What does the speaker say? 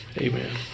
Amen